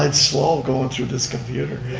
and slow going through this computer.